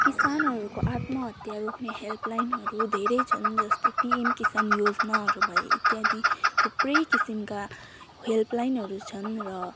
किसानहरूको आत्महत्या रोक्ने हेल्पलाइनहरू धेरै छन् जस्तै पीएम किसान योजनाहरू भए इत्यादि थुप्रै किसिमका हेल्पलाइनहरू छन् र